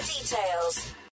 details